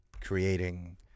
creating